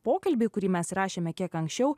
pokalbį kurį mes įrašėme kiek anksčiau